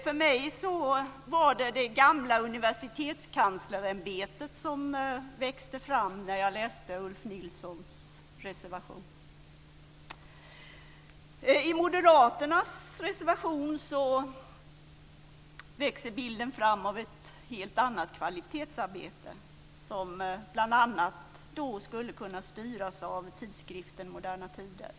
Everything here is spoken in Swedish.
För mig var det det gamla universitetskanslersämbetet som växte fram när jag läste Ulf Nilssons reservation. I moderaternas reservation växer bilden fram av ett helt annat kvalitetsarbete som bl.a. skulle kunna styras av tidskriften Moderna Tider.